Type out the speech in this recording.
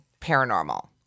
paranormal